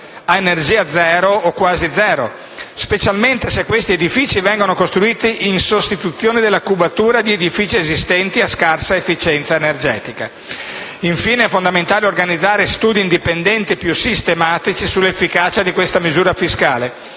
di energia zero o quasi zero, specialmente se essi vengono costruiti in sostituzione della cubatura di edifici esistenti a scarsa efficienza energetica. Infine, è fondamentale organizzare studi indipendenti più sistematici sull'efficacia di questa misura fiscale,